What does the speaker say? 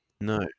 No